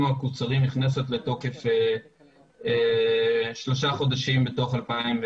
המקוצרים נכנסת לתוקף שלושה חודשים בתוך 2021,